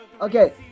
Okay